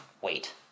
wait